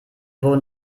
wurden